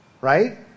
Right